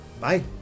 bye